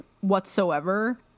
whatsoever